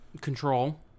Control